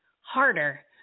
harder